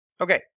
Okay